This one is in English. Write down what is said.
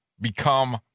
become